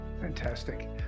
Fantastic